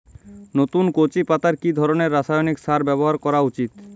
নতুন কচি পাতায় কি ধরণের রাসায়নিক সার ব্যবহার করা উচিৎ?